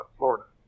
Florida